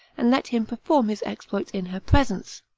and let him perform his exploits in her presence.